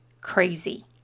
crazy